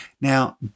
Now